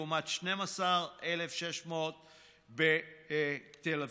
לעומת 12,600 בתל אביב.